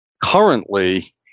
Currently